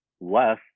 less